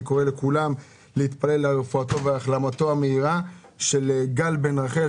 אני קורא לכולם להתפלל לרפואתו ולהחלמתו המהירה של גל בן רחל,